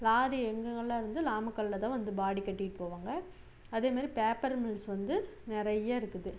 lorry எங்கெங்கலாம் வந்து நாமக்கல்லில்தான் வந்து பாடி கட்டிகிட்டு போவாங்க அதேமாதிரி பேப்பர் மில்ஸ் வந்து நிறைய இருக்குது